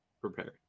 prepare